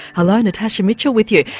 hello natasha mitchell with you.